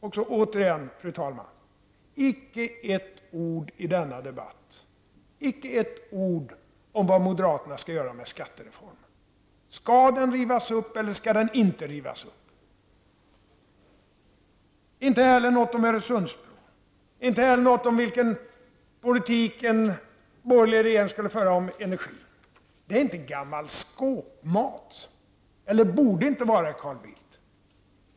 Och så återigen, fru talman, icke ett ord i denna debatt om vad moderaterna skall göra med skattereformen -- skall den rivas upp eller skall den inte rivas upp? Inte heller något om Öresundsbron, inte heller något om vilken politik en borgerlig regering skulle föra när det gäller energin. Det är inte gammal skåpmat, eller borde inte vara det, Carl Bildt!